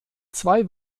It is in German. zwei